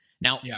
Now